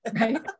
right